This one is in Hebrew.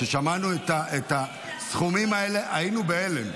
כששמענו את המספרים האלה היינו בהלם.